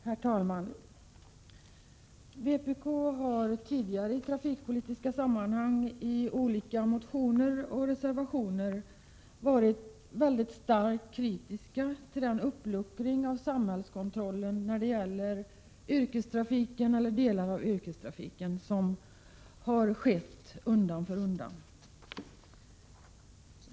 Herr talman! Vi i vpk har tidigare i trafikpolitiska sammanhang, i olika motioner och reservationer, varit mycket starkt kritiska till den uppluckring av samhällskontrollen som undan för undan har skett när det gäller delar av yrkestrafiken.